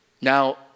Now